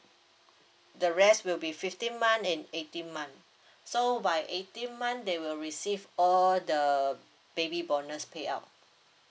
the rest will be fifteen month and eighteen month so by eighteen month they will receive all the baby bonus payout